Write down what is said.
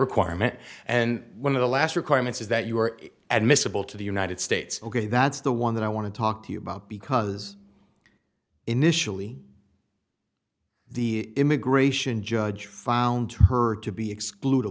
requirement and one of the last requirements is that you were at miscible to the united states ok that's the one that i want to talk to you about because initially the immigration judge found her to be exclud